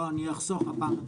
לא, אני אחסוך הפעם.